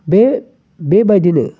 बेबायदिनो